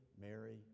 Mary